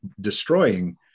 destroying